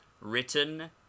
written